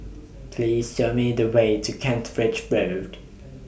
Please Show Me The Way to Kent Ridge Road